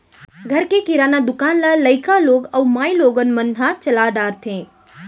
घर के किराना दुकान ल लइका लोग अउ माइलोगन मन ह चला डारथें